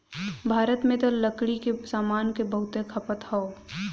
भारत में त लकड़ी के सामान क बहुते खपत हौ